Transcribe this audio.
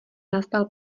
nastal